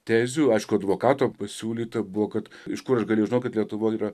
tezių aišku advokato pasiūlyta buvo kad iš kur aš galėjau žinot kad lietuva yra